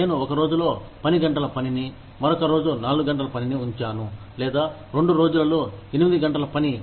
నేను ఒక రోజులో 12 గంటల పనిని మరొక రోజు నాలుగు గంటల పనిని ఉంచాను లేదా రెండు రోజులలో ఎనిమిది గంటల పని